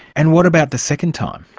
and what about the second time?